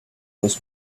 was